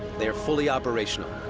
they're fully operational.